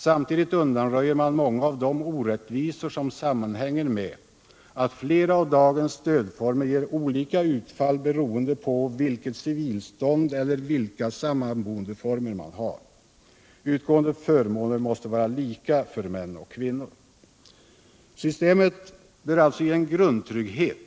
Samtidigt undanröjs många av de orättvisor som sammanhänger med att flera av dagens stödformer ger olika utfall beroende på vilket civilstånd eller vilka sammanboendeformer man har. Utgående förmåner måste vara lika för män och kvinnor. Systemet skall alltså ge en grundtrygghet